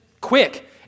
quick